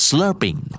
Slurping